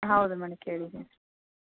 ಹೌದು ಮೇಡಮ್ ಕೇಳಿದ್ದೀನಿ